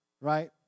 right